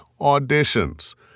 auditions